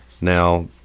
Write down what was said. Now